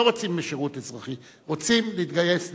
לא רוצים שירות אזרחי, רוצים להתגייס לצה"ל.